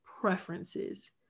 preferences